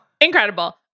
incredible